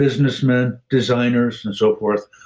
businessmen designers, and so forth,